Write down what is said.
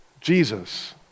Jesus